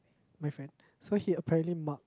my friend so he apparently mark